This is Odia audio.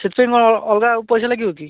ସେଥିପାଇଁ କ'ଣ ଅଲଗା ଆଉ ପଇସା ଲାଗିବ କି